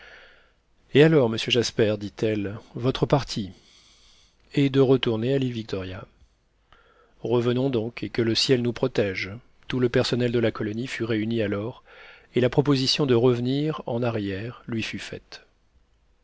et alors monsieur jasper dit-elle votre parti est de retourner à l'île victoria revenons donc et que le ciel nous protège tout le personnel de la colonie fut réuni alors et la proposition de revenir en arrière lui fut faite